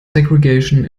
segregation